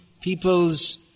people's